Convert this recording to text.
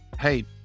Hey